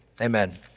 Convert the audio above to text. Amen